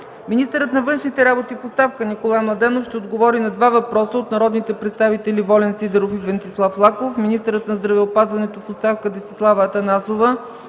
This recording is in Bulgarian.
Министърът на външните работи в оставка Николай Младенов ще отговори на два въпроса от народните представители Волен Сидеров, и Венцислав Лаков. Министърът на здравеопазването в оставка Десислава Атанасова